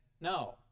no